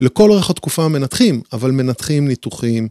‫לכל אורך התקופה מנתחים, ‫אבל מנתחים ניתוחים.